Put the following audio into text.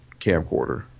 camcorder